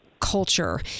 Culture